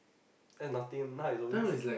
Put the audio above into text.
and then nothing now is always